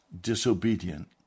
disobedient